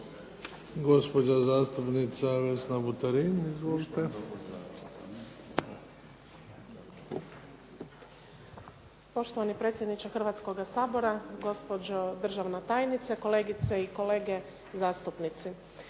Gospođa zastupnica Vesna Buterin. Izvolite. **Buterin, Vesna (HDZ)** Poštovani predsjedniče Hrvatskoga sabora, gospođo državna tajnice, kolegice i kolege zastupnici.